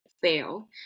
fail